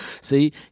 see